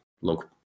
look